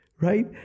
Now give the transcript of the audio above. right